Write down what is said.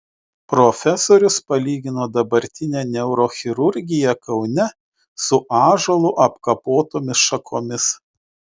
profesorius palygino dabartinę neurochirurgiją kaune su ąžuolu apkapotomis šakomis